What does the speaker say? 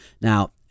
Now